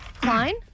Klein